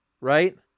right